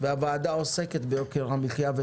והוועדה עוסקת ותעסוק ביוקר המחיה.